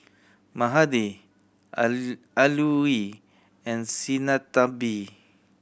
mahade Alluri and Sinnathamby